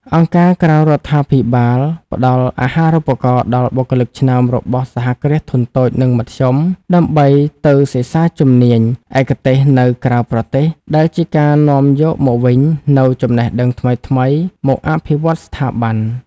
អង្គការក្រៅរដ្ឋាភិបាលផ្ដល់អាហារូបករណ៍ដល់បុគ្គលិកឆ្នើមរបស់ សហគ្រាសធុនតូច និងមធ្យម ដើម្បីទៅសិក្សាជំនាញឯកទេសនៅក្រៅប្រទេស ដែលជាការនាំយកមកវិញនូវចំណេះដឹងថ្មីៗមកអភិវឌ្ឍស្ថាប័ន។